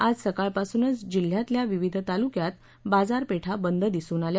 आज सकाळपासूनच जिल्ह्यातल्या विविध तालुक्यात बाजारपेठा बंद दिसून आल्या